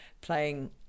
playing